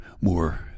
more